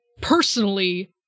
personally